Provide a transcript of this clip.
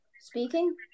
speaking –